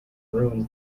ruins